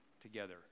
together